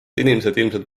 ilmselt